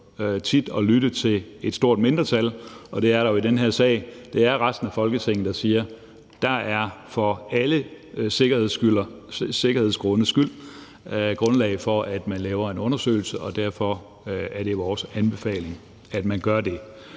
tit at lytte til et stort mindretal, og det er der jo i den her sag. Det er resten af Folketinget, der siger: Der er for alle sikkerhedsgrundes skyld grundlag for, at man laver en undersøgelse. Derfor er det vores anbefaling, at man gør det.